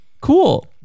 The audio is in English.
cool